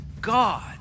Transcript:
God